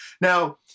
Now